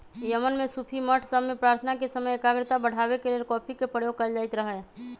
Yemen में सूफी मठ सभ में प्रार्थना के समय एकाग्रता बढ़ाबे के लेल कॉफी के प्रयोग कएल जाइत रहै